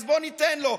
אז בואו ניתן לו.